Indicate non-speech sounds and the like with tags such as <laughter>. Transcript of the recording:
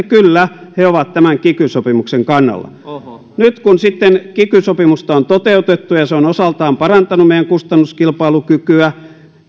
<unintelligible> kyllä he ovat tämän kiky sopimuksen kannalla nyt kun kiky sopimusta on toteutettu ja se on osaltaan parantanut meidän kustannuskilpailukykyämme